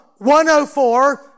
104